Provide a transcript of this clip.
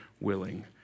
willing